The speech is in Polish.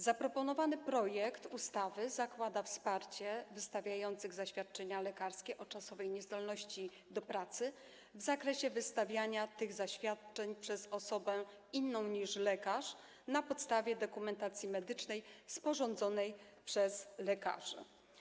Zaproponowany projekt ustawy zakłada wsparcie wystawiających zaświadczenia lekarskie o czasowej niezdolności do pracy w zakresie wystawiania tych zaświadczeń przez osobę inną niż lekarz na podstawie dokumentacji medycznej sporządzanej przez lekarzy.